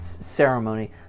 ceremony